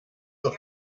auf